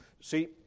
See